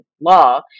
law